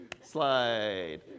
Slide